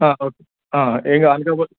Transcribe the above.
okay ఏం కా అనకాపల్లి